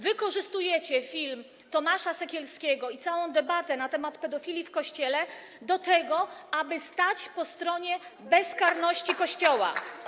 Wykorzystujecie film Tomasza Sekielskiego i całą debatę na temat pedofilii w Kościele do tego, aby stać po stronie bezkarności Kościoła.